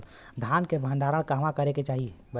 धान के भण्डारण कहवा करे के चाही?